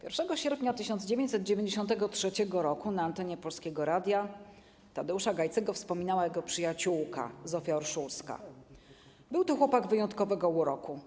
1 sierpnia 1993 r. na antenie Polskiego Radia Tadeusza Gajcego wspominała jego przyjaciółka Zofia Orszulska: ˝Był to chłopak wyjątkowego uroku.